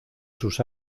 sus